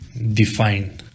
define